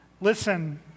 Listen